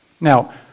Now